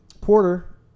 Porter